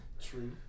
True